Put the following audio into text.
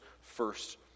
first